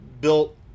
built